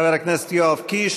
חבר הכנסת יואב קיש,